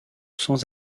sans